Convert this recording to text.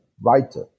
writer